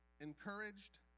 encouraged